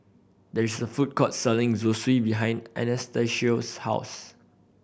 there is a food court selling Zosui behind Anastacio's house